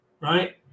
right